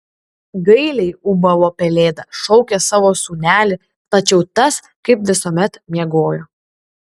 gailiai ūbavo pelėda šaukė savo sūnelį tačiau tas kaip visuomet miegojo